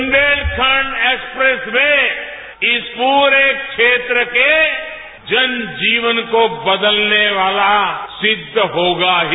Bundelkhand expressway इस पूरे क्षेत्र के जनजीवन को बदलने वाला सिद्ध होगा ही